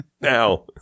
now